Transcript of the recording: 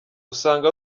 usanga